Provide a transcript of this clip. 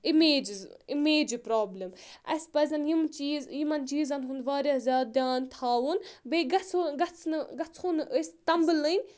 images اِمیٚجہِ problem اَسہِ پَزَن یِم چیٖز یِمَن چیٖزَن ہُنٛد واریاہ زیادٕ دھیان تھاوُن بیٚیہِ گژھو گژھنہٕ گژھو نہٕ أسۍ تَمبلٕنۍ